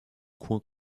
coin